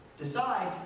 Decide